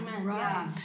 Right